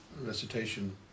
recitation